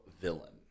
villain